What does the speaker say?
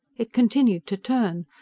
it continued to turn.